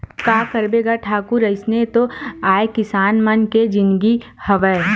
का करबे गा ठाकुर अइसने तो आय किसान मन के जिनगी हवय